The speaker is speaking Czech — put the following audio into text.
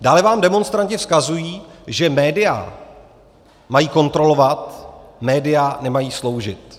Dále vám demonstranti vzkazují, že média mají kontrolovat, média nemají sloužit.